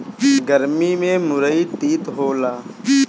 गरमी में मुरई तीत होला